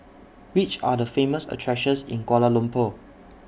Which Are The Famous attractions in Kuala Lumpur